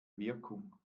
wirkung